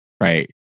right